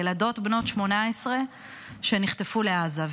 ילדות בנות 18 שנחטפו לעזה.